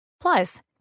Plus